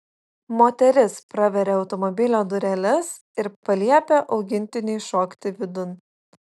moteris praveria automobilio dureles ir paliepia augintiniui šokti vidun